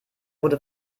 wurde